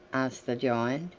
asked the giant.